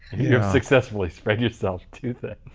yeah successfully spread yourself too thin.